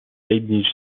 leibniz